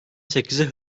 sekizi